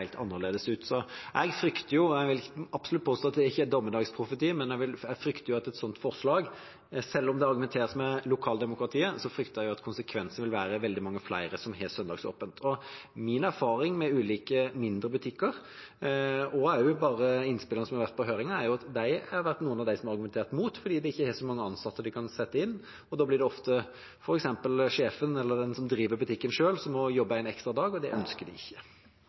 helt annerledes ut. Jeg vil absolutt påstå at det ikke er en dommedagsprofeti, men jeg frykter at konsekvensen av et sånt forslag, selv om det argumenteres med lokaldemokratiet, vil være at veldig mange flere har søndagsåpent. Min erfaring med ulike mindre butikker – og også innspillene som har vært på høringen – er at de har vært noen av dem som har argumentert mot, fordi de ikke har så mange ansatte de kan sette inn, og da blir det ofte f.eks. sjefen eller den som driver butikken, som selv må jobbe en ekstra dag, og det ønsker de ikke.